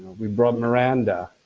we brought miranda,